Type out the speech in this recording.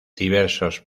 diversos